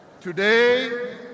Today